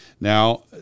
Now